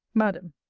madam,